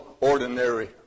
ordinary